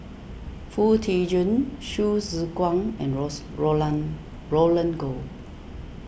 Foo Tee Jun Hsu Tse Kwang and rose Roland Goh